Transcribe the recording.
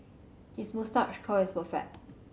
his moustache curl is perfect